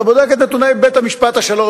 אתה בודק את נתוני בית-המשפט השלום,